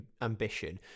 ambition